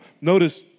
notice